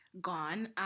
gone